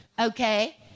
Okay